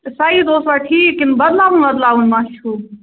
تہٕ سایز اوسوا ٹھیٖک کِنہٕ بَدلاوُن بَدلاوُن ما چھُو